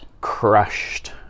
crushed